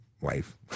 Wife